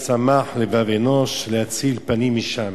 "ויין ישמח לבב אנוש להצהיל פנים משמן".